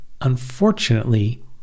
unfortunately